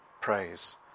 praise